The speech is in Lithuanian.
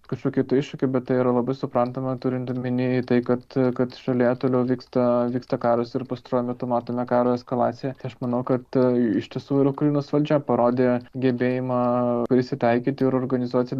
kažkokių tai iššūkių bet tai yra labai suprantama turint omeny tai kad kad šalyje toliau vyksta vyksta karas ir pastaruoju metu matome karo eskalaciją aš manau kad iš tiesų ir ukrainos valdžia parodė gebėjimą prisitaikyti ir organizuoti